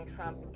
Trump